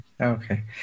Okay